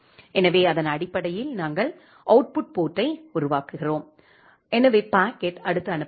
எனவே அதன் அடிப்படையில் நாங்கள் அவுட்புட் போர்ட்டை உருவாக்குகிறோம் எனவே பாக்கெட் அடுத்து அனுப்பப்படும்